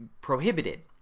prohibited